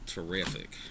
Terrific